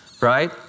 Right